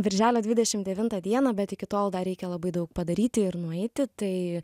birželio dvidešim devintą dieną bet iki tol dar reikia labai daug padaryti ir nueiti tai